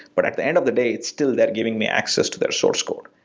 but at the end of the day, still, they're giving me access to their source code.